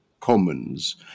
commons